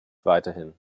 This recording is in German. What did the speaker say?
weiterhin